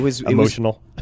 emotional